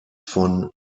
von